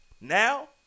Now